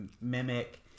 mimic